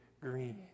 green